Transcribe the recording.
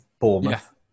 Bournemouth